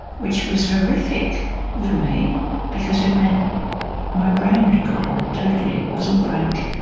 which was horrific for me because it meant my brain had gone totally was all blank.